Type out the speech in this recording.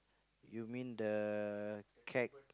you mean the keg